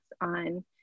on